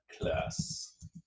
Class